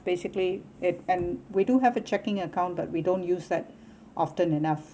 basically it and we do have a checking account but we don't use that often enough